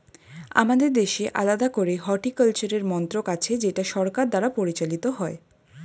আমাদের দেশে আলাদা করে হর্টিকালচারের মন্ত্রক আছে যেটা সরকার দ্বারা পরিচালিত হয়